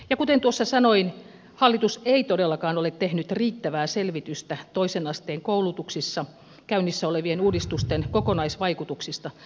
ja kuten tuossa sanoin hallitus ei todellakaan ole tehnyt riittävää selvitystä toisen asteen koulutuksissa käynnissä olevien uudistusten kokonaisvaikutuksista